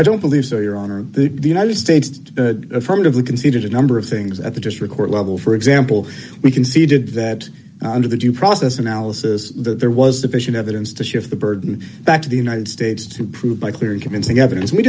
i don't believe so your honor the united states affirmatively conceded a number of things at the district court level for example we conceded that under the due process analysis that there was deficient evidence to shift the burden back to the united states to prove by clear and convincing evidence we